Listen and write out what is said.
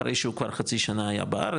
אחרי שהוא כבר חצי שנה היה בארץ,